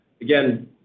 again